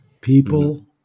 people